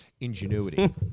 ingenuity